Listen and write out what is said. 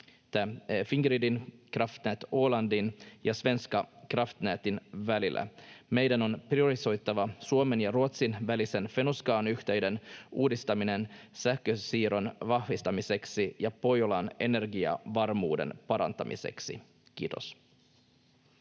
Fingridin, Kraftnät Ålandin ja Svenska kraftnätin välillä. Meidän on priorisoitava Suomen ja Ruotsin välisen Fenno-Skan-yhteyden uudistaminen sähkönsiirron vahvistamiseksi ja Pohjolan energiavarmuuden parantamiseksi. — Kiitos.